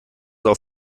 auf